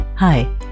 Hi